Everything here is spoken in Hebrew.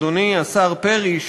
אדוני השר פרי,